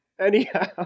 Anyhow